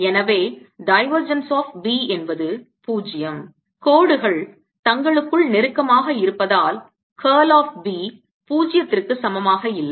எனவே divergence of B என்பது 0 கோடுகள் தங்களுக்குள் நெருக்கமாக இருப்பதால் curl of B 0 ற்கு சமமாக இல்லை